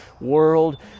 world